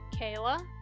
Kayla